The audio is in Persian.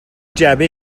جعبه